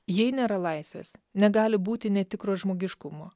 jei nėra laisvės negali būti netikro žmogiškumo